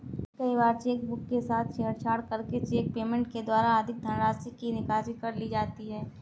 कई बार चेकबुक के साथ छेड़छाड़ करके चेक पेमेंट के द्वारा अधिक धनराशि की निकासी कर ली जाती है